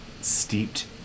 steeped